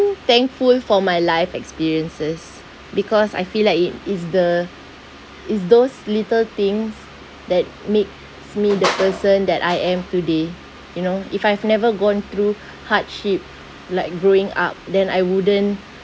thankful for my life experiences because I feel like it is the is those little things that made me the person that I am today you know if I've never gone through hardship like growing up then I wouldn't